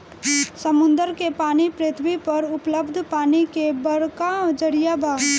समुंदर के पानी पृथ्वी पर उपलब्ध पानी के बड़का जरिया बा